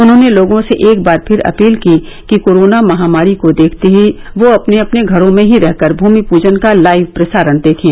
उन्होंने लोगों से एक बार फिर अपील की कि कोरोना महामारी को देखते हुए वो अपने अपने घरों में ही रहकर भूमि पूजन का लाइव प्रसारण देखें